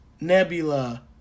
Nebula